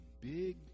big